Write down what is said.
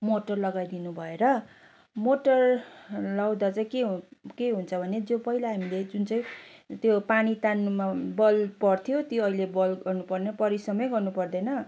motor लगाइदिनुभएर motor लाउँदा चाहिँ के हुन्छ के हुन्छ भने पहिला हामीले जुन चाहिँ त्यो पानी तान्नुमा बल पर्थ्यो त्यो अहिले बल गर्नु पर्ने परिश्रमै गर्नु पर्दैन